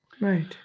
Right